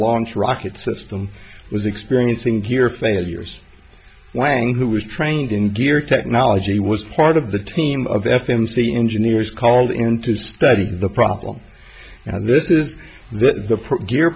launch rocket system was experiencing gear failures wang who was trained in gear technology was part of the team of f m c engineers called in to study the problem and this is the gear